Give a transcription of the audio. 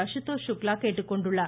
அசுதோஷ் சுக்லா கேட்டுக்கொண்டுள்ளார்